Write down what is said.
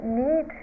need